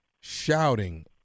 shouting